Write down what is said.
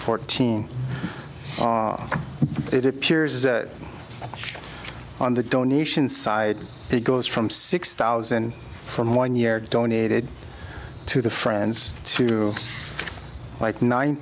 fourteen it appears as on the donations side it goes from six thousand from one year donated to the friends to like nine